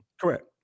Correct